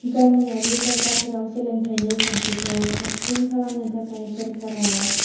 गामियारि जायगाफोराव सोलोंथाइनि खान्थिखौ साबसिन खालामनो थाखाय सोरखारा